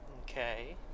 Okay